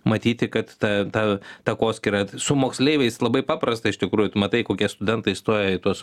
matyti kad ta ta takoskyra su moksleiviais labai paprasta iš tikrųjų tu matai kokie studentai stoja į tuos